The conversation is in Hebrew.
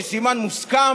יש סימן מוסכם,